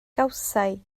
gawsai